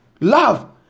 Love